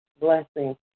blessing